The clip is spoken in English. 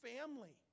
family